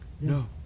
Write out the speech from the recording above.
no